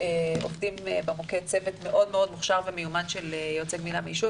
עובדים במוקד צוות מאוד מוכשר ומיומן של יועצי גמילה מעישון,